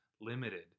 limited